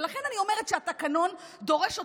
ולכן אני אומרת שהתקנון דורש אותנו.